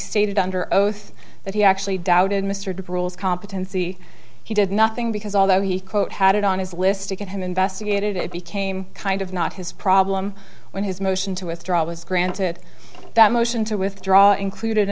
stated under oath that he actually doubted mr de paroles competency he did nothing because although he quote had it on his list to get him investigated it became kind of not his problem when his motion to withdraw was granted that motion to withdraw included